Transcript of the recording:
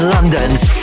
London's